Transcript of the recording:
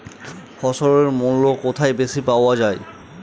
ফসলের মূল্য কোথায় বেশি পাওয়া যায়?